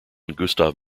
gustav